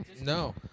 No